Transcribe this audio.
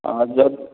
ହଁ